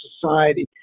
society